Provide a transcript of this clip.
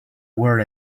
were